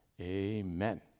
Amen